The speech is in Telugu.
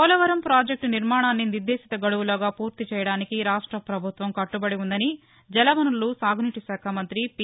పోలవరం ప్రాజెక్టు నిర్మాణాన్ని నిర్దేశిత గడువులోగా పూర్తి చేయడానికి రాష్టపభుత్వం కట్టబది పుందని జలవనరులు సాగునీటి శాఖ మంతి పి